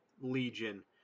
legion